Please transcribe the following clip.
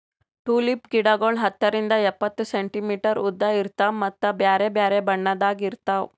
tulip ಗಿಡಗೊಳ್ ಹತ್ತರಿಂದ್ ಎಪ್ಪತ್ತು ಸೆಂಟಿಮೀಟರ್ ಉದ್ದ ಇರ್ತಾವ್ ಮತ್ತ ಬ್ಯಾರೆ ಬ್ಯಾರೆ ಬಣ್ಣದಾಗ್ ಇರ್ತಾವ್